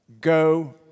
go